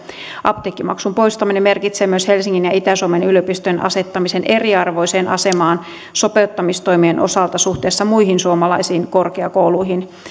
apteekkimaksun poistaminen merkitsee myös helsingin ja itä suomen yliopistojen asettamista eriarvoiseen asemaan sopeuttamistoimien osalta suhteessa muihin suomalaisiin korkeakouluihin